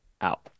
out